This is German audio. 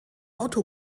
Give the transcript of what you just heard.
auto